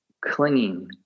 clinging